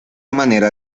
manera